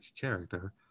character